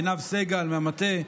עינב סגל מהמטה,